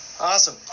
Awesome